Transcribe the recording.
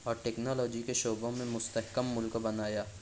اور ٹیکنالوجی کے شعبوں میں مستحکم ملک بنایا